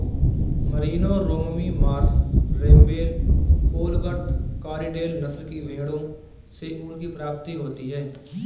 Merino, Romney Marsh, Rambouillet, Polwarth, Corriedale नस्ल की भेंड़ों से ऊन की प्राप्ति होती है